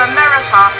America